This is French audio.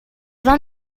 vingt